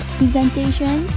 presentation